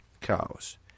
cows